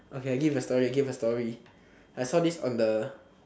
okay I give a story give a story I saw this one the